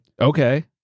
Okay